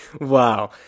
Wow